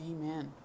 Amen